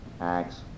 Acts